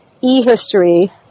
e-history